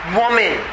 woman